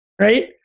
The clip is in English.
Right